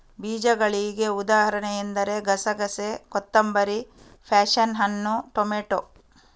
ಬೀಜಗಳಿಗೆ ಉದಾಹರಣೆ ಎಂದರೆ ಗಸೆಗಸೆ, ಕೊತ್ತಂಬರಿ, ಪ್ಯಾಶನ್ ಹಣ್ಣು, ಟೊಮೇಟೊ